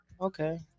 Okay